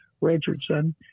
Richardson